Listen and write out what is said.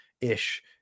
ish